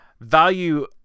Value